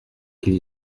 qu’il